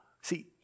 see